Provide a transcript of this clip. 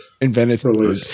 invented